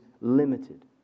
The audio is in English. limited